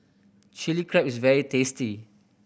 Chili Crab is very tasty